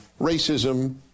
racism